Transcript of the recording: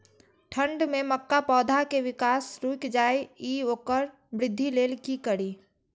ठंढ में मक्का पौधा के विकास रूक जाय इ वोकर वृद्धि लेल कि करी?